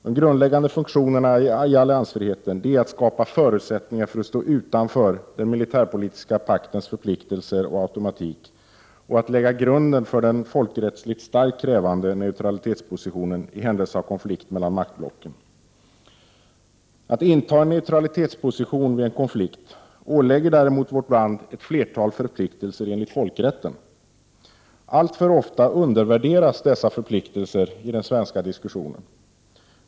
De grundläggande funktionerna i alliansfriheten är att skapa förutsättningar för att stå utanför den militärpolitiska paktens förpliktelser och automatik och att lägga grunden för en folkrättsligt starkt krävande neutralitetsposition i händelse av konflikt mellan maktblocken. Att inta en neutralitetsposition vid en konflikt ålägger däremot vårt land ett flertal förpliktelser enligt folkrätten. Alltför ofta undervärderas dessa förpliktelser i den svenska diskussionen.